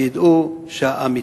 שידעו שהעם אתם.